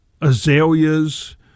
azaleas